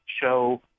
show